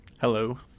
Hello